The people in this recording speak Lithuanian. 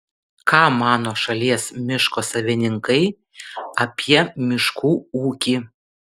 ką mano šalies miško savininkai apie miškų ūkį